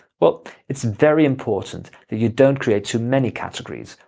but it's very important that you don't create too many categories,